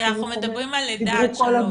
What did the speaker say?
כי אנחנו מדברים מלידה עד שלוש.